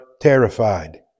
terrified